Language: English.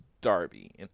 Darby